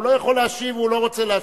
הוא לא יכול להשיב והוא לא רוצה להשיב.